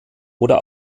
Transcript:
oder